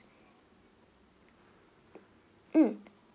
mm